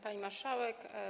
Pani Marszałek!